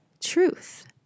truth